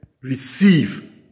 Receive